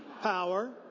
power